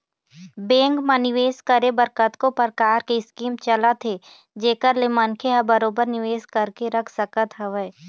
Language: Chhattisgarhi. बेंक म निवेस करे बर कतको परकार के स्कीम चलत हे जेखर ले मनखे ह बरोबर निवेश करके रख सकत हवय